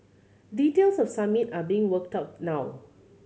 details of Summit are being worked out now